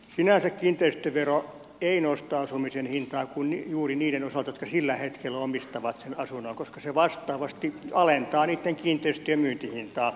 sinänsä kiinteistövero ei nosta asumisen hintaa kuin juuri niiden osalta jotka sillä hetkellä omistavat sen asunnon koska se vastaavasti alentaa niitten kiinteistöjen myyntihintaa